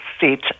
seat